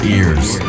ears